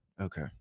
Okay